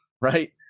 right